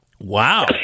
Wow